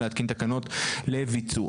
להתקין תקנות לביצועם.".